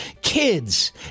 Kids